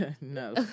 No